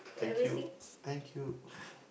thank you thank you